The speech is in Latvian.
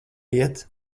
iet